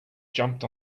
jumped